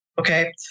Okay